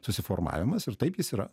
susiformavimas ir taip jis yra